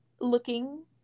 looking